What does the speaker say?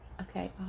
Okay